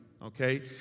okay